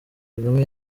kagame